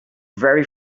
very